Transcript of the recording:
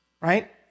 Right